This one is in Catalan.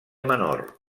menor